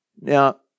Now